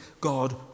God